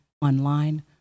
online